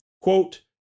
Quote